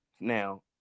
Now